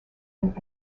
and